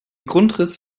grundriss